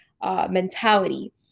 mentality